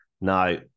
now